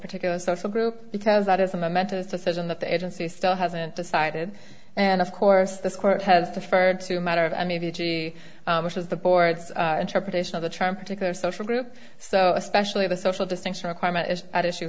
particular social group because that is a momentous decision that the agency still hasn't decided and of course this court has to for it to matter of i mean which is the board's interpretation of the charm particular social group so especially the social distinction requirement is at issue